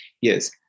Yes